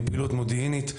היא פעילות מודיעינית,